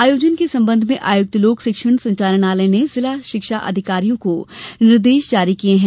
आयोजन के संबंध में आयुक्त लोक शिक्षण संचालनालय ने जिला शिक्षा अधिकारियों को निर्देश जारी किये हैं